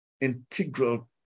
integral